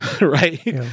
Right